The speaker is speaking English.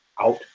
Out